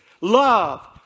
Love